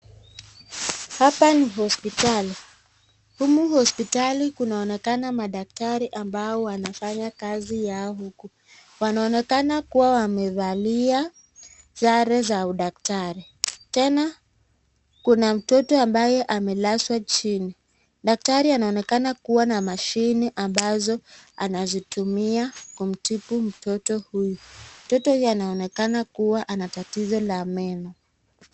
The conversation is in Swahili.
Hapa ni hospitali, humu hospitali kunaonekana madaktari ambao wanafanya kazi yao huku, wanaonekana kuwa wamevalia sare za udaktari, tena kuna mtoto ambaye amelazwa chini, daktari anaonekana kuwa na mashine ambazo anazitumia kumtibu mtoto huyu. Mtoto huyu anaonekana kuwa na tatizo la meno.